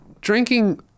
drinking